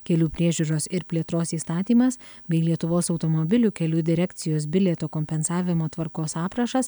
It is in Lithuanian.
kelių priežiūros ir plėtros įstatymas bei lietuvos automobilių kelių direkcijos bilieto kompensavimo tvarkos aprašas